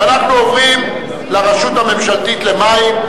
אנחנו עוברים לרשות הממשלתית למים,